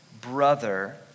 brother